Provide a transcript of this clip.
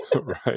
Right